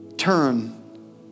turn